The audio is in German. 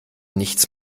nichts